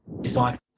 desire